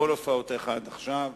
בכל הופעותיך עד עכשיו.